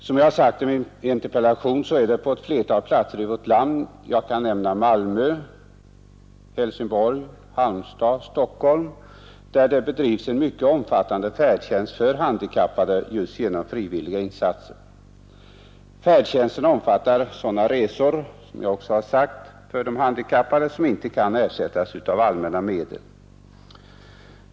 Som jag har anfört i min interpellation bedrivs det på ett flertal platser i vårt land — jag kan nämna Malmö, Helsingborg, Halmstad, Stockholm — en mycket omfattande färdtjänst för handikappade just genom frivilliga insatser. Färdtjänsten avser — som jag också har påpekat i interpellationen — sådana resor för de handikappade som inte kan bekostas av allmänna medel.